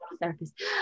therapist